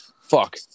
Fuck